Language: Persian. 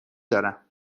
دارم